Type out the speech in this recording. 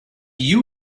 you